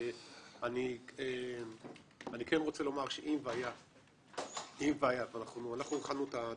אני כן רוצה לומר שאם היה ואנחנו התחלנו את החלופה,